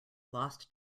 lost